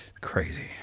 Crazy